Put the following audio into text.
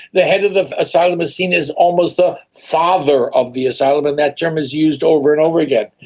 the head of the asylum is seen as almost the father of the asylum and that term is used over and over again.